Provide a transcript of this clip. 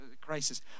crisis